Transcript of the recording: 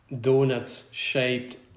donuts-shaped